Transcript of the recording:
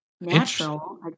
natural